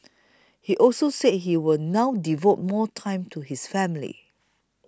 he also said he will now devote more time to his family